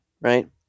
right